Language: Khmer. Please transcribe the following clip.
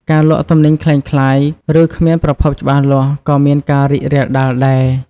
ការលក់ទំនិញក្លែងក្លាយឬគ្មានប្រភពច្បាស់លាស់ក៏មានការរីករាលដាលដែរ។